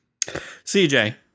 CJ